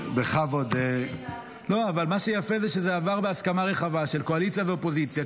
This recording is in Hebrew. אבל מה שיפה זה שזה עבר בהסכמה רחבה של קואליציה ואופוזיציה,